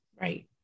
Right